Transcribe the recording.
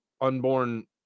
unborn